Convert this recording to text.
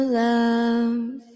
love